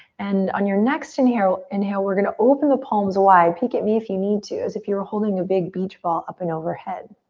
and on your next inhale, we're gonna open the palms wide, peek at me if you need to, as if you were holding a big beach ball up and overhead.